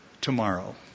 tomorrow